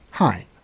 Hi